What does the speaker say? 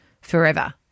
forever